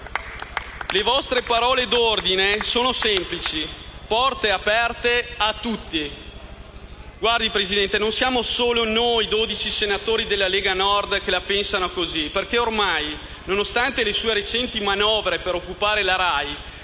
Le vostre parole d'ordine sono semplici: porte aperte a tutti. Presidente, non siamo solo noi dodici senatori della Lega Nord che la pensano così perché ormai, nonostante le sue recenti manovre per occupare la RAI,